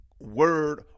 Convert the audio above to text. word